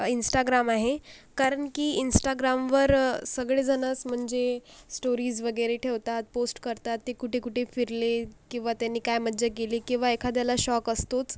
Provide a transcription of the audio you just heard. Instagram आहे कारण की इन्स्टाग्रामवर सगळे जणच म्हणजे स्टोरीज वगैरे ठेवतात पोस्ट करतात ते कुठे कुठे फिरले किंवा त्यांनी काय मज्जा केली किंवा एखाद्याला शौक असतोच